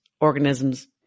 organisms